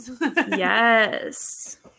Yes